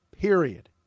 period